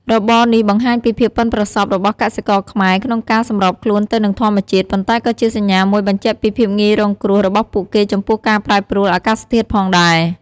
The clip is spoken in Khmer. របរនេះបង្ហាញពីភាពប៉ិនប្រសប់របស់កសិករខ្មែរក្នុងការសម្របខ្លួនទៅនឹងធម្មជាតិ ប៉ុន្តែក៏ជាសញ្ញាមួយបញ្ជាក់ពីភាពងាយរងគ្រោះរបស់ពួកគេចំពោះការប្រែប្រួលអាកាសធាតុផងដែរ។